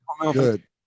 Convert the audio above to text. Good